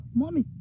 mommy